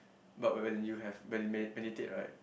but when when you have meditate meditate right